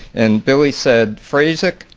and billy said, fraysic,